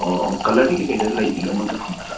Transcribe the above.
ꯑꯣ ꯀꯂꯔꯗꯤ ꯀꯩ ꯀꯩꯗ ꯂꯩꯅꯤ ꯂꯣꯏꯃꯛꯇ ꯐꯪꯒꯗ꯭ꯔ